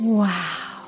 wow